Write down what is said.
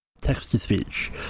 text-to-speech